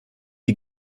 die